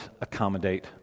accommodate